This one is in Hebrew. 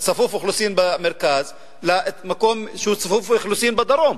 צפוף אוכלוסין במרכז למקום שהוא צפוף אוכלוסין בדרום?